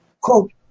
Quote